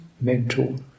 mental